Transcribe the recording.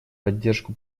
поддержку